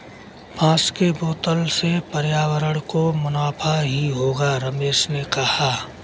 बांस के बोतल से पर्यावरण को मुनाफा ही होगा रमेश ने कहा